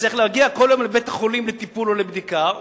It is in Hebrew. וצריך להגיע כל יום לבית-החולים לטיפול או לבדיקה,